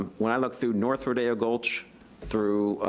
um when i look through north rodeo gulch through,